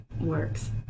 works